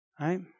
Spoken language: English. right